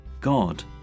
God